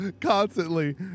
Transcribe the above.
constantly